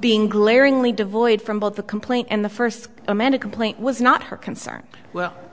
being glaringly devoid from both the complaint and the first amanda complaint was not her concern well